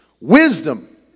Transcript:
Wisdom